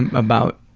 about?